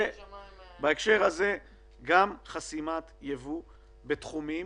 גם חסימת ייבוא בתחומים